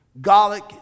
garlic